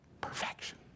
Perfection